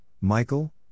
Michael